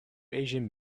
asian